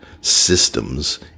systems